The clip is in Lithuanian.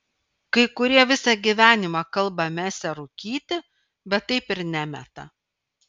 kai kurie visą gyvenimą kalba mesią rūkyti bet taip ir nemeta